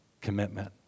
commitment